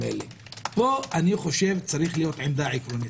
פה צריכה להיות עמדה עקרונית.